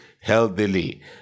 healthily